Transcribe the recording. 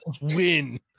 win